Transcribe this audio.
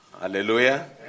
Hallelujah